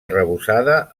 arrebossada